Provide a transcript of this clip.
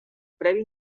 premi